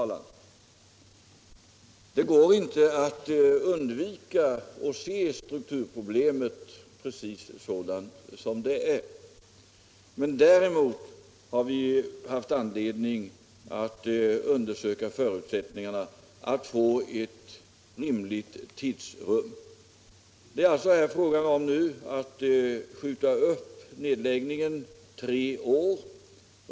Det går inte att undvika att se strukturproblemet precis sådant som det är. Däremot har vi haft anledning att undersöka förutsättningarna för att få ett rimligt tidsrum. Nu är det alltså fråga om att skjuta upp nedläggningen tre år.